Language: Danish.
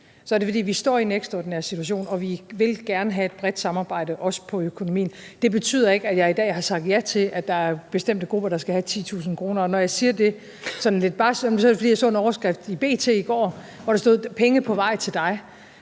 er det, fordi vi står i en ekstraordinær situation, og vi vil gerne have et bredt samarbejde, også om økonomien. Det betyder ikke, at jeg i dag har sagt ja til, at der er bestemte grupper, der skal have 10.000 kr. Når jeg siger det sådan lidt barskt, er det, fordi jeg så en overskrift i B.T. i går, hvor der stod: Penge på vej til dig.